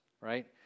right